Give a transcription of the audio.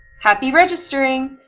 happy registering!